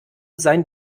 sein